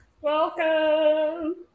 Welcome